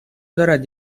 دارد